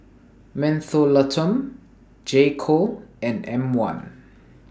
Mentholatum J Co and M one